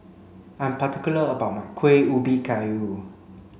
I'm particular about my Kuih Ubi Kayu